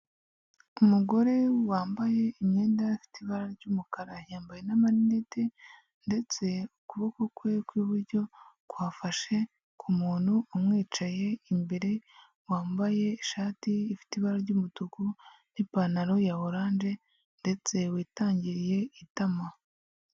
Umugore wambaye imyenda ifite ibara ry'umukara, yambaye n'amarinete ndetse ukuboko kwe kw'iburyo kwafashe ku muntu umwicaye imbere, wambaye ishati ifite ibara ry'umutuku n'ipantaro ya oranje ndetse witangiriye itama.